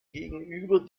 gegenüber